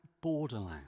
borderland